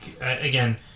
Again